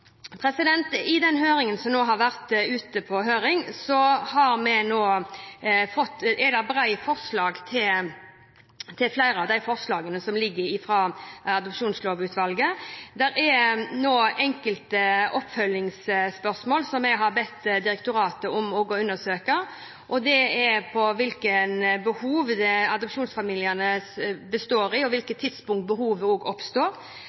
I det som nå har vært ute på høring, er det bred tilslutning til flere av de forslagene som foreligger fra Adopsjonslovutvalget. Det er enkelte oppfølgingsspørsmål som jeg har bedt direktoratet om å undersøke, og det er hvilke behov adoptivfamiliene har, og på hvilke tidspunkt behov oppstår. Vi har også bedt om informasjon om innholdet i de adopsjonsforberedende kursene, om noe kan være relevant for dem i de problemstillingene, og